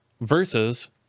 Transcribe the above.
versus